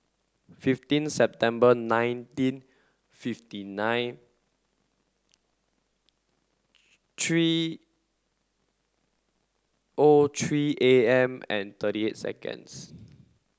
fifteen September nineteen fifty nine three O three A M and thirty eight seconds